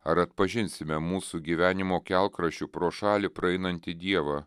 ar atpažinsime mūsų gyvenimo kelkraščiu pro šalį praeinantį dievą